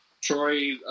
Troy